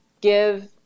give